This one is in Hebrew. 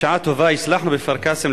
בשעה טובה הצלחנו בכפר-קאסם,